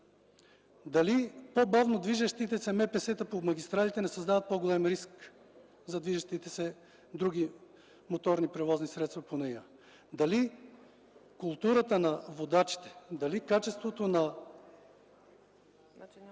Дали по-бавно движещите се МПС-та по магистралите не създават по-голям риск за движещите се по тях други моторни превозни средства? Дали културата на водачите, дали качеството на